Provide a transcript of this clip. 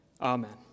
Amen